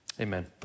Amen